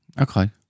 Okay